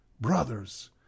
BROTHERS